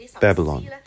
Babylon